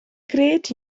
gred